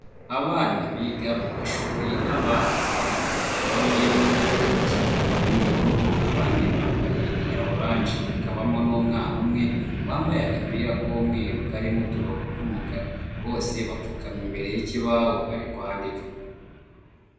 Abana biga mu mashuri abanza, bamwe bambaye impuzankano y'ubururu abandi bambaye iya orange, hakabamo n'umwana umwe wambaye agapira k'umweru karimo uturongo tw'umukara, bose bapfukamye imbere y'ikibaho bari kwandika.